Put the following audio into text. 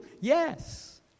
Yes